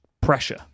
pressure